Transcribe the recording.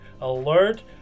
alert